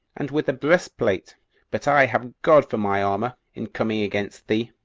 and with a breastplate but i have god for my armor in coming against thee,